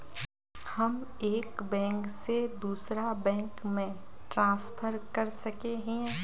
हम एक बैंक से दूसरा बैंक में ट्रांसफर कर सके हिये?